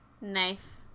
nice